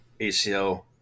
ACL